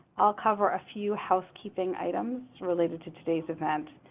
i'll cover a few housekeeping items related to today's event.